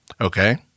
Okay